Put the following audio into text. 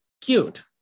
cute